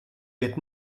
wird